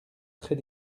très